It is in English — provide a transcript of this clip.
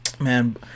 man